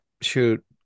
shoot